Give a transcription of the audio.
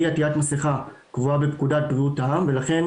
אי עטיית מסכה קבועה בפקודת בריאות העם ולכן